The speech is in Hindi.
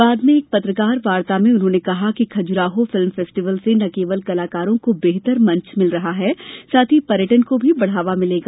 बाद में एक पत्रकार वार्ता में उन्होंने कहा कि खजुराहो फिल्म फेस्टिवल से ना केवल कलाकारों को बेहतर मंच मिल रहा है साथ ही पर्यटन को भी बढ़ावा मिलेगा